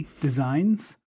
designs